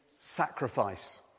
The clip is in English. sacrifice